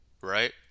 right